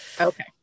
Okay